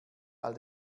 all